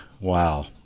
wow